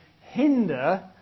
hinder